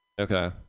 okay